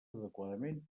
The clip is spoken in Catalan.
adequadament